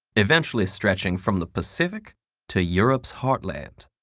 eventually stretching from the pacific to europe's heartland.